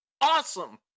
awesome